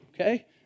okay